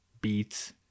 Beats